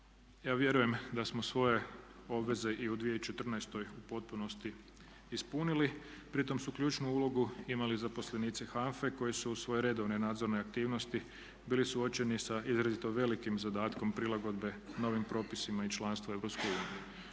Ja vjerujem da smo svoje obveze i u 2014. u potpunosti ispunili. Pri tome su ključnu ulogu imali zaposlenici HANFA-e koji su uz svoje redovne nadzorne aktivnosti bili suočeni sa izrazito velikim zadatkom prilagodbe novim propisima i članstvu u EU.